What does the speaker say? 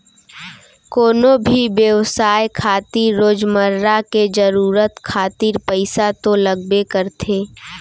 कोनो भी बेवसाय खातिर रोजमर्रा के जरुरत खातिर पइसा तो लगबे करथे